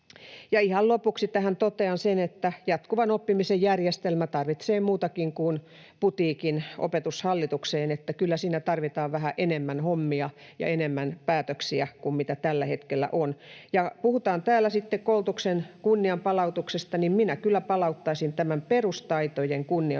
Ihan lopuksi tähän totean sen, että jatkuvan oppimisen järjestelmä tarvitsee muutakin kuin putiikin Opetushallitukseen, että kyllä siinä tarvitaan vähän enemmän hommia ja enemmän päätöksiä kuin mitä tällä hetkellä on. Ja kun täällä puhutaan koulutuksen kunnianpalautuksesta, niin minä kyllä palauttaisin perustaitojen kunnioittamisen,